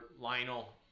Lionel